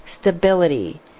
stability